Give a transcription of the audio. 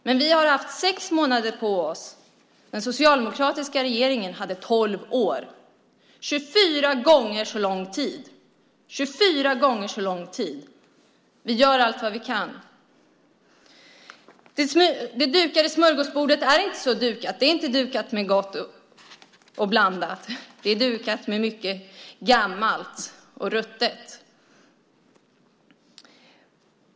Men vi har haft sex månader på oss. Den socialdemokratiska regeringen hade tolv år, 24 gånger så lång tid. Vi gör allt vad vi kan. Det dukade smörgåsbordet är inte dukat med gott och blandat, det är dukat med mycket gammalt och ruttet.